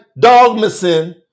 dogmasin